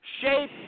shape